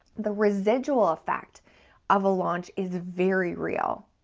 the residual effect of a launch is very real.